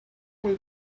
will